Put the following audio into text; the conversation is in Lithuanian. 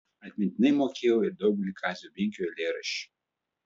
atmintinai mokėjau ir daugelį kazio binkio eilėraščių